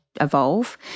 evolve